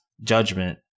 judgment